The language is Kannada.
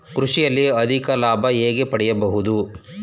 ಕೃಷಿಯಲ್ಲಿ ಅಧಿಕ ಲಾಭ ಹೇಗೆ ಪಡೆಯಬಹುದು?